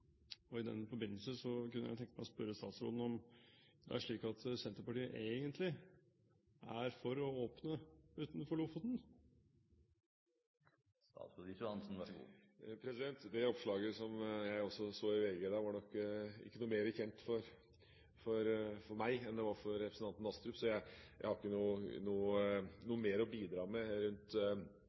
I den forbindelse kunne jeg tenke meg å spørre statsråden om det er slik at Senterpartiet egentlig er for å åpne utenfor Lofoten. Det oppslaget som jeg også så i VG i dag, var nok ikke noe mer kjent for meg enn det var for representanten Astrup. Så jeg har ikke noe mer å bidra med rundt